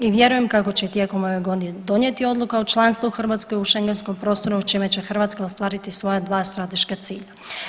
I vjerujem kako će tijekom ove godine donijeti odluka o članstvu Hrvatske u Schengenskom prostoru, a čime će Hrvatska ostvariti svoja dva strateška cilja.